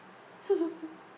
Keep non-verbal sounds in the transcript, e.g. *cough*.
*laughs*